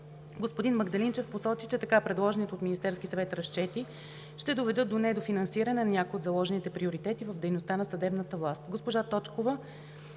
Господин Магдалинчев посочи, че така предложените от Министерския съвет разчети ще доведат до недофинансиране на някои от заложените приоритети в дейността на съдебната власт.